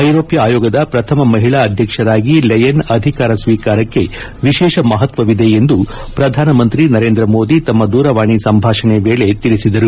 ಐರೋಷ್ಣ ಆಯೋಗದ ಪ್ರಥಮ ಮಹಿಳಾ ಅಧ್ಯಕ್ಷರಾಗಿ ಲೆಯೆನ್ ಅಧಿಕಾರ ಸ್ಲೀಕಾರಕ್ಕೆ ವಿಶೇಷ ಮಹತ್ವವಿದೆ ಎಂದು ಪ್ರಧಾನಿ ಮೋದಿ ತಮ್ನ ದೂರವಾಣಿ ಸಂಭಾಷಣೆ ವೇಳೆ ತಿಳಿಸಿದರು